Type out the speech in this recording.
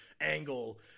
Angle